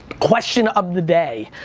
question of the day.